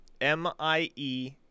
M-I-E